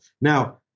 Now